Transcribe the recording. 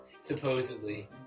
Supposedly